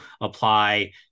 apply